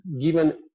given